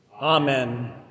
Amen